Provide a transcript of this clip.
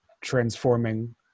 transforming